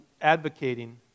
advocating